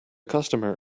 customer